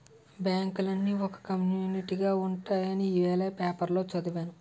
బాంకులన్నీ ఒకే కమ్యునీటిగా ఉంటాయని ఇవాల పేపరులో చదివాను